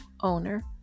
owner